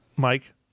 mike